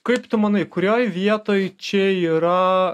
kaip tu manai kurioj vietoj čia yra